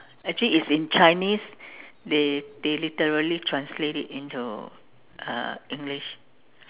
actually it's in Chinese they they literally translate it into uh English